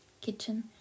kitchen